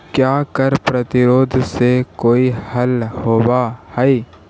क्या कर प्रतिरोध से कोई हल होवअ हाई